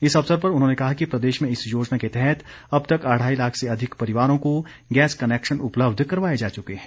इस अवसर पर उन्होंने कहा कि प्रदेश में इस योजना के तहत अब तक अढ़ाई लाख से अधिक परिवारों को गैस कनेक्शन उपलब्ध करवाए जा चुके हैं